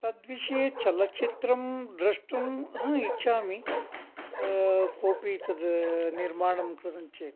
तद्विषये चलच्छित्रं द्रष्टुं हा इच्छामि कोपि कोपि तद् निर्माणं कृतं चेत्